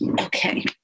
Okay